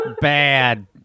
Bad